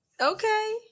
Okay